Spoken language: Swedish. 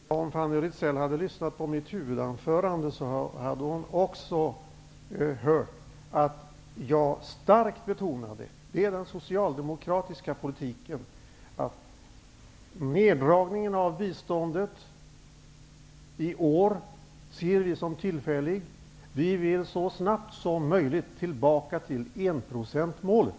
Herr talman! Om Fanny Rizell hade lyssnat på mitt huvudanförande hade hon också hört att jag starkt betonade -- det är den socialdemokratiska politiken -- att neddragningen av biståndet i år är att se som tillfällig. Vi vill så snabbt som möjligt tillbaka till enprocentsmålet.